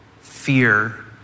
fear